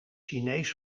chinees